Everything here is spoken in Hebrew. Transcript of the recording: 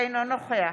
אינו נוכח